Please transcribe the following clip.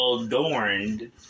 adorned